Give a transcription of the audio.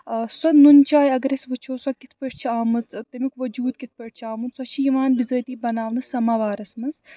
سۄ نُن چاے اَگر أسۍ وٕچھو سۄ کِتھ پٲٹھۍ چھِ آمٕژ تَمیُک وجوٗد کِتھ پٲٹھۍ چھِ آمُت سۄ چھِ یِوان بِزٲتی بَناونہٕ سَماوارَس منٛز